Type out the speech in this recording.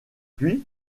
puis